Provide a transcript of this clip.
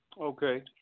Okay